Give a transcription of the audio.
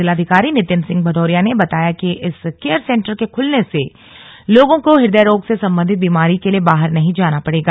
जिलाधिकारी नितिन सिंह भदौरिया ने बताया कि इस केयर सेन्टर के खुलने से लोगों को हृदय रोग से सम्बन्धित बीमारी के लिये बाहर नहीं जाना पड़ेगा